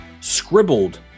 scribbled